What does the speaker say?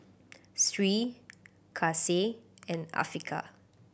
Sri Kasih and Afiqah